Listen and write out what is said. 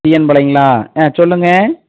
TN பாளையம்ங்களா சொல்லுங்கள்